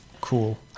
cool